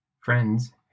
friends